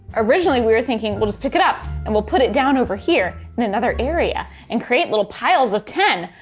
originally we were thinking, we'll just pick it up and we'll put it down over here in another area and create little piles of ten.